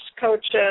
coaches